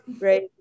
Right